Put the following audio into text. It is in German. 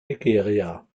nigeria